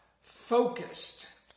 focused